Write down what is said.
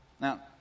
Now